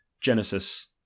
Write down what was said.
Genesis